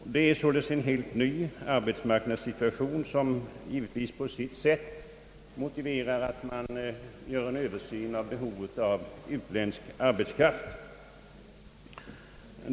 Vi har således en helt ny arbetsmarknadssituation, som givetvis på sitt sätt motiverar att man gör en Översyn av behovet av utländsk arbetskraft.